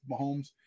Mahomes